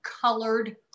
colored